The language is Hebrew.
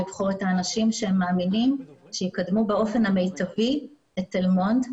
לבחור את האנשים שהם מאמינים שיקדמו באופן המיטבי את תל מונד,